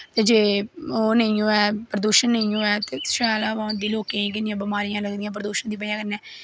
ते जे ओह् नेईं होऐ प्रदूशन नेई होऐ ते शैल हवा होंदी लोकें गी किन्नियां बमारियां लगदियां प्रदूशन दी बजह् कन्नै